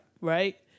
Right